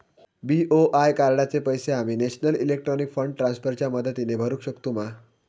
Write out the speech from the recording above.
BOI कार्डाचे पैसे आम्ही नेशनल इलेक्ट्रॉनिक फंड ट्रान्स्फर च्या मदतीने भरुक शकतू मा?